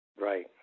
Right